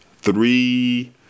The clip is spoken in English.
three